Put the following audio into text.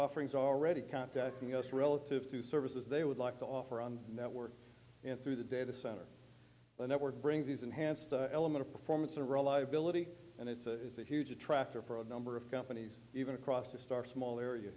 offerings are already contacting us relative to services they would like to offer on the network and through the data center the network brings these enhanced element of performance or reliability and it's a huge attractor for a number of companies even across the start small area